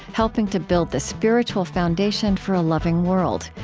helping to build the spiritual foundation for a loving world.